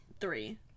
Three